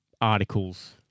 articles